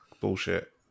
Bullshit